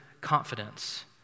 confidence